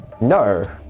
No